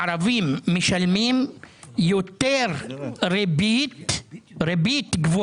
הערבים במדינת ישראל משלמים ריבית גבוהה